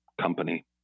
company